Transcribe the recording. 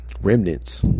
remnants